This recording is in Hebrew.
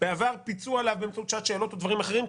בעבר פיצו עליו באמצעות שעת שאלות ודברים אחרים,